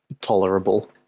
tolerable